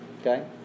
Okay